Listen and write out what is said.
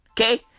Okay